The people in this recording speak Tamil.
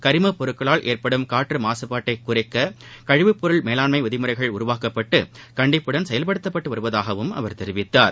கிமப்பொருட்களால் ஏற்படும் காற்று மாசுபாட்டைக் குறைக்க கழிவுப்பொருள் மேலாண்மை விதிமுறைகள் உருவாக்கப்பட்டு கண்டிப்புடன் செயல்படுத்தப்பட்டு வருவதாகவும் அவர் தெரிவித்தார்